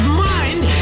mind